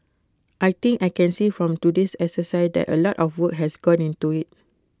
I think I can see from today's exercise that A lot of work has gone into IT